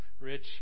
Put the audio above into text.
Rich